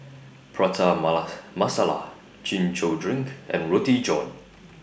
Prata Masala Chin Chow Drink and Roti John